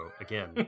again